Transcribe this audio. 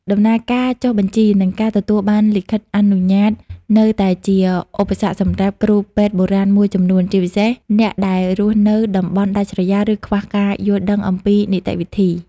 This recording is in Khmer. ដំណើរការចុះបញ្ជី និងការទទួលបានលិខិតអនុញ្ញាតនៅតែជាឧបសគ្គសម្រាប់គ្រូពេទ្យបុរាណមួយចំនួន ជាពិសេសអ្នកដែលរស់នៅតំបន់ដាច់ស្រយាល ឬខ្វះការយល់ដឹងអំពីនីតិវិធី។